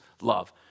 love